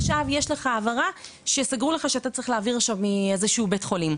עכשיו יש לך העברה שסגרו לך שאתה צריך להעביר עכשיו מאיזה בית חולים.